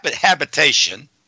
habitation